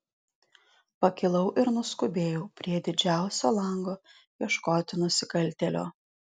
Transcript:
pakilau ir nuskubėjau prie didžiausio lango ieškoti nusikaltėlio